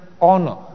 honor